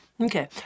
okay